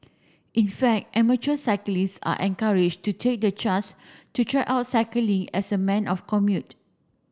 in fact amateur cyclist are encouraged to take the chance to try out cycling as a men of commute